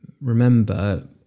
remember